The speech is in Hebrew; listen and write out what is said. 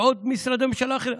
ועוד משרדי ממשלה אחרים.